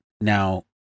Now